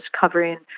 covering